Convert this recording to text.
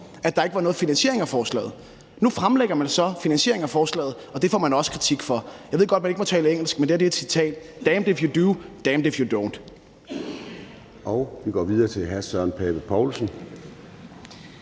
at der ikke var nogen finansiering af forslaget. Nu fremlægger man så finansieringen af forslaget, og det får man også kritik for. Jeg ved godt, man ikke må tale engelsk, men det her er et citat: damned if you do, damned if you don't. Kl. 10:17 Formanden (Søren Gade):